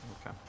Okay